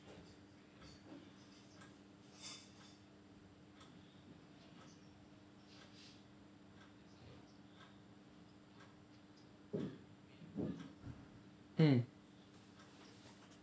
mm